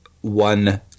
one